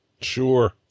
Sure